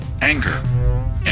anger